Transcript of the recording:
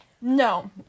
no